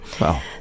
Wow